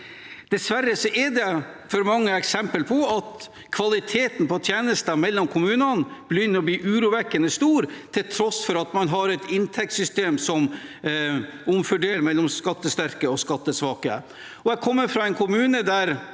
Dessverre er det for mange eksempler på at forskjellen i kvaliteten på tjenester mellom kommunene begynner å bli urovekkende stor, til tross for at man har et inntektssystem som omfordeler mellom skattesterke og skattesvake. Jeg kommer fra en kommune der